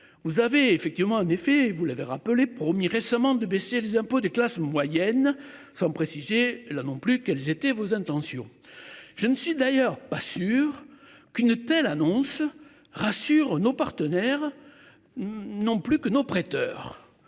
vous avez effectivement un effet et vous l'avez rappelé promis récemment de baisser les impôts des classes moyennes sans préciser là non plus. Quels étaient vos intentions. Je ne suis d'ailleurs pas sûr qu'une telle annonce rassure nos partenaires. Non plus que nos prêteurs